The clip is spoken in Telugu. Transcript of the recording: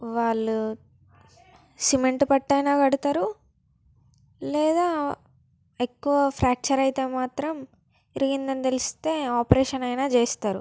వాళ్ళు సిమెంట్ పట్టీ అయినా కడుతారు లేదా ఎక్కువ ఫ్రాక్చర్ అయితే మాత్రం ఇరిగింది అని తెలిస్తే ఆపరేషన్ అయినా చేస్తారు